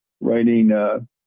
writing